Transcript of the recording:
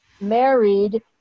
married